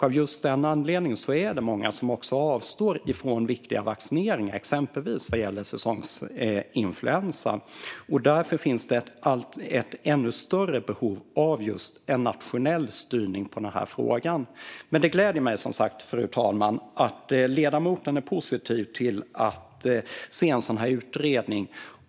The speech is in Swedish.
Av just den anledningen är det många som avstår från viktiga vaccineringar, exempelvis vad gäller säsongsinfluensan. Därför finns det ett ännu större behov av just en nationell styrning när det gäller denna fråga. Fru talman! Det gläder mig, som sagt, att ledamoten är positiv till en sådan här utredning.